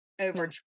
over